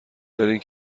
برین